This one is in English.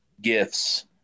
gifts